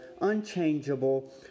unchangeable